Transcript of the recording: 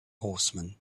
horsemen